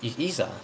it is ah